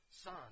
son